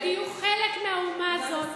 תפסיקו, תהיו חלק מהאומה הזאת.